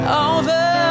over